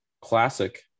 Classic